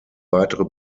weitere